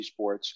esports